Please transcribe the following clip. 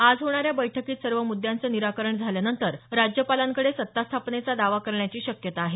आज होणाऱ्या बैठकीत सर्व म्द्यांचं निराकरण झाल्यानंतर राज्यपालांकडे सत्ता स्थापनेचा दावा केला जाण्याची शक्यता आहे